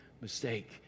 mistake